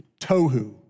tohu